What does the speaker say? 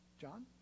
John